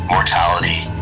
Mortality